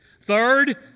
Third